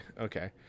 okay